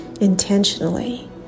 intentionally